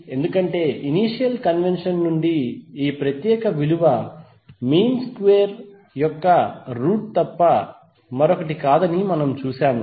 ఎందుకంటే initial convention నుండి ఈ ప్రత్యేక విలువ మీన్ విలువ స్క్వేర్ యొక్క రూట్ తప్ప మరొకటి కాదని మనం చూశాము